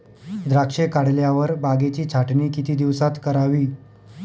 द्राक्षे काढल्यावर बागेची छाटणी किती दिवसात करावी?